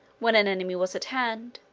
when an enemy was at hand,